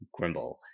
Grimble